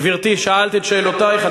גברתי, שאלת את שאלותייך.